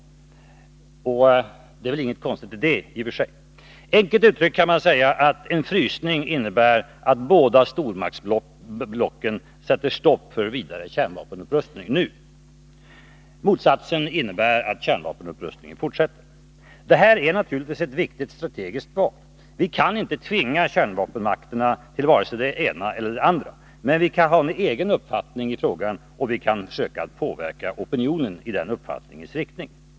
Enkelt uttryckt kan man säga att en frysning innebär att båda stormaktsblocken sätter stopp för vidare kärnvapenupprustning nu. Motsatsen innebär att kärnvapenupprustningen fortsätter. Det här är naturligtvis ett viktigt strategiskt val. Vi kan inte tvinga kärnvapenmakterna till vare sig det ena eller det andra, men vi kan ha en egen uppfattning i frågan, och vi kan försöka att påverka opinionen i den uppfattningens riktning.